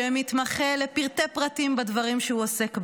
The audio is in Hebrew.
שמתמחה לפרטי פרטים בדברים שהוא עוסק בהם.